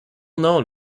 known